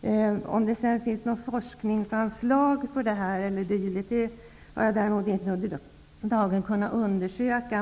Jag har inte under dagen haft möjlighet att undersöka om det finns forskningsanslag e.d.